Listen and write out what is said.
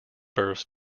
birth